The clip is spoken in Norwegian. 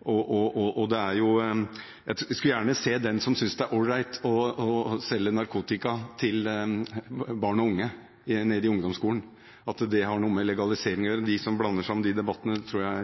Jeg skulle gjerne se den som synes det er all right å selge narkotika til barn og unge i ungdomsskolen, og at det har noe med legalisering å gjøre. De som blander sammen de debattene, tror jeg